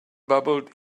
babbled